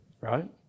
Right